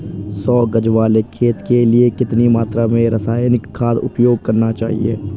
सौ गज वाले खेत के लिए कितनी मात्रा में रासायनिक खाद उपयोग करना चाहिए?